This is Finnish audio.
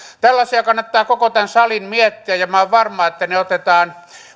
tällaisia kannattaa koko tämän salin miettiä ja minä olen varma että ne otetaan